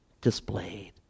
displayed